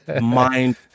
mind-